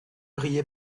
riez